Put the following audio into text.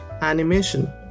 animation